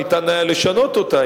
היה אפשר לשנות אותה,